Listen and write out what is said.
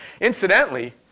Incidentally